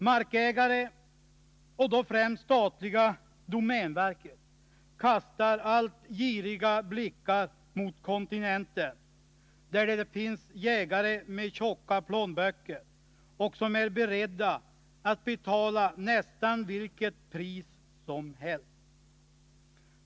Markägare, och då främst det statliga domänverket, kastar allt girigare blickar mot kontinenten, där det finns jägare med tjocka plånböcker, som är beredda att betala vilket pris som helst.